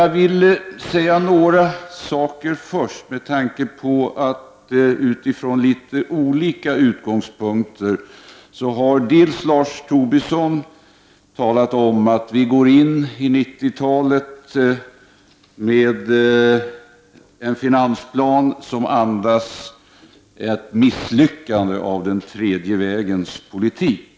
Jag vill först säga några saker med tanke på det som anförts tidigare i debatten. Lars Tobisson har talat om att vi går in i 90-talet med en finansplan som andas ett misslyckande för den tredje vägens politik.